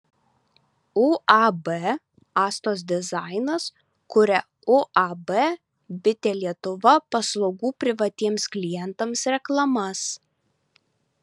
uab astos dizainas kuria uab bitė lietuva paslaugų privatiems klientams reklamas